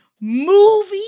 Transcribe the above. movie